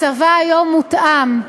הצבא היום מותאם,